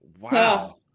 Wow